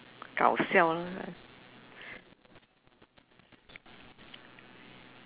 搞笑 lah